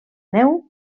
neu